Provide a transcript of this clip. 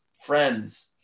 friends